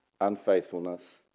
unfaithfulness